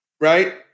Right